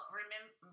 remember